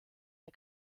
der